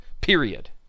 period